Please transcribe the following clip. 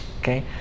Okay